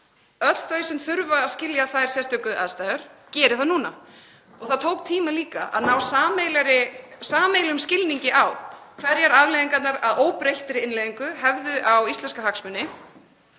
öll þau sem þurfa að skilja þær sérstöku aðstæður geri það núna. Það tók líka tíma að ná sameiginlegum skilningi á hvaða afleiðingar óbreytt innleiðing hefði á íslenska hagsmuni.